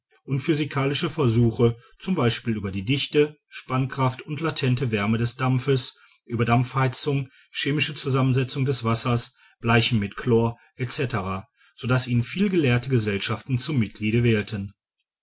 und physikalische versuche z b über die dichte spannkraft und latente wärme des dampfes über dampfheizung chemische zusammensetzung des wassers bleichen mit chlor etc so daß ihn viele gelehrte gesellschaften zum mitgliede wählten